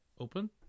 open